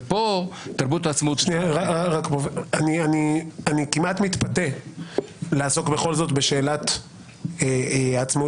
אני כמעט מתפתה בכל זאת לעסוק בשאלת העצמאות